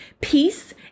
Peace